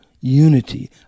unity